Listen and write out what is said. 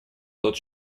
тот